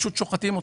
פשוט שוחטים אותו.